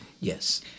Yes